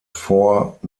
fort